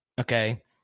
okay